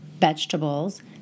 vegetables